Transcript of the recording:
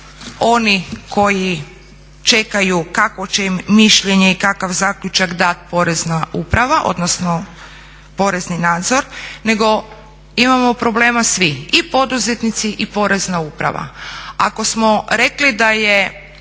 oni koji čekaju kakvo će im mišljenje i kakav zaključak dati porezna uprava, odnosno porezni nadzor nego imamo problema svi i poduzetnici, i porezna uprava. Ako smo rekli da je